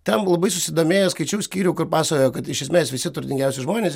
ten labai susidomėjęs skaičiau skyrių kur pasakojo kad iš esmės visi turtingiausi žmonės